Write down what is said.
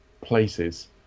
places